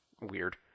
weird